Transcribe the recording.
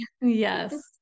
Yes